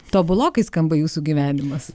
tobulokai skamba jūsų gyvenimas